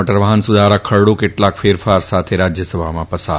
મોટરવાહન સુધારા ખરડો કેટલાક ફેરફાર સાથે રાજ્યસભામાં પસાર